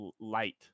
light